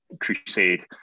crusade